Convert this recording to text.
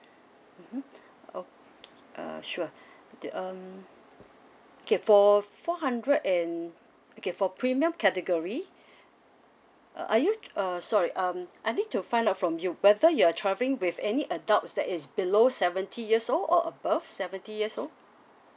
mmhmm okay uh sure um okay for four hundred and okay for premium category uh are you uh sorry um I need to find out from you whether you are traveling with any adults that is below seventy years old or above seventy years old